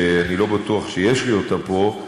שאני לא בטוח שיש לי פה,